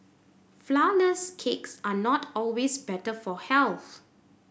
flourless cakes are not always better for health